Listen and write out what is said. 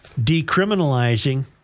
decriminalizing